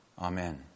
Amen